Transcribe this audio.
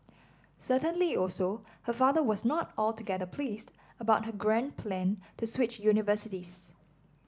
certainly also her father was not altogether pleased about her grand plan to switch universities